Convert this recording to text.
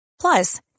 Plus